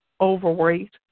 overweight